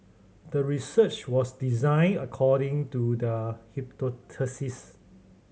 the research was designed according to the hypothesis